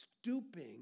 stooping